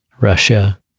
Russia